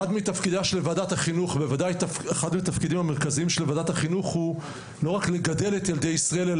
אחד מתפקידיה המרכזיים של ועדת החינוך הוא לא רק לגדל את ילדי ישראל,